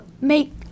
make